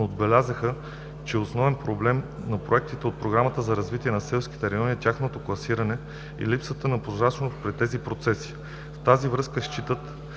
но отбелязаха, че основен проблем на проектите по Програмата за развитие на селските райони е тяхното класиране и липсата на прозрачност при тази процедура. В тази връзка считат,